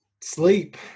Sleep